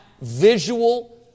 visual